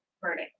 verdict